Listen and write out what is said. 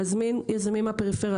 להזמין יזמים מהפריפריה,